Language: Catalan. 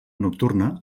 nocturna